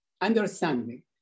understanding